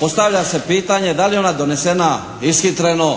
Postavlja se pitanje da li je ona donesena ishitreno,